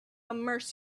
immerse